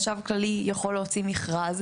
בקצה ושם יש כל נציגי הממשלה וצריך להדגיש את זה,